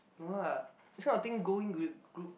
no lah this kind of thing going with group